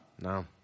No